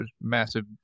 massive